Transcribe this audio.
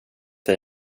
dig